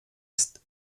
ist